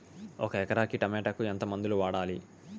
ఒక ఎకరాకి టమోటా కు ఎంత మందులు వాడాలి?